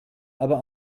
aber